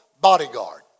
bodyguard